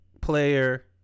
player